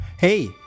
Hey